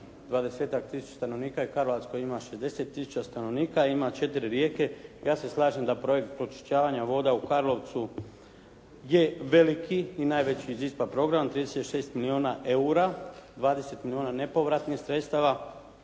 tisuća stanovnika i Karlovac koji ima 60 tisuća stanovnika, ima 4 rijeke. Ja se slažem da projekt pročišćavanja voda u Karlovcu je veliki i najveći iz ISPA programa, 36 milijuna eura, 20 milijuna nepovratnih sredstava.